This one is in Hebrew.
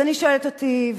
אז אני שואלת אותי,